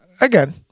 again